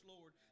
Lord